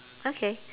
okay